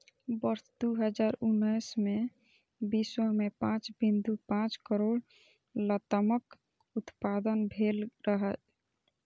वर्ष दू हजार उन्नैस मे विश्व मे पांच बिंदु पांच करोड़ लतामक उत्पादन भेल रहै